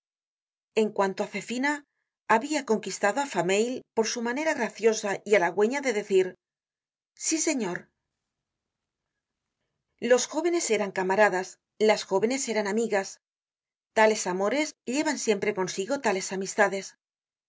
en cuanto á zefina habia conquistado á fameuil por su manera graciosa y halagüeña de decir sí señor los jóvenes eran camaradas las jóvenes eran amigas tales amores llevan siempre consigo tales amistades